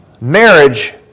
marriage